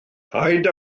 paid